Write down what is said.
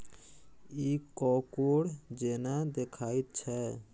इ कॉकोड़ जेना देखाइत छै